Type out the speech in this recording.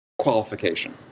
qualification